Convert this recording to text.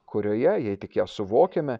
kurioje jei tik ją suvokiame